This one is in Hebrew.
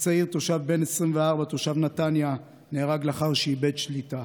הצעיר, תושב נתניה, בן 24, נהרג לאחר שאיבד שליטה.